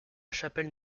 chapelle